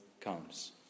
comes